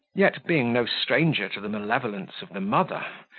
yet, being no stranger to the malevolence of the mother,